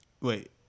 wait